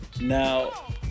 Now